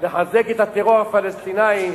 לחזק את הטרור הפלסטיני,